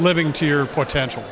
living to your potential